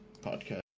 podcast